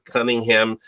Cunningham